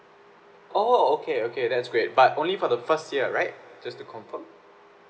oh okay okay that's great but only for the first year right just to confirm